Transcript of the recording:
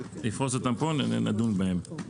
נפרוס אותם פה ונדון בהם.